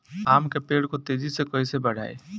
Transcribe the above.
आम के पेड़ को तेजी से कईसे बढ़ाई?